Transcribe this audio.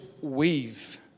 weave